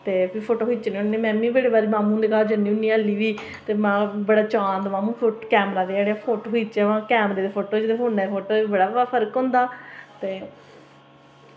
ते फिर ओह्दे च फोटो खिच्चने होने ते में बी हल्ली जन्नी होन्नी मामूं दे घर ते बड़ा चाऽ औंदा कि मामूं फोटो खिच्चो ते कैमरे दे फोटो ई ते फोन दे फोटो ई बड़ा फर्क होंदा ते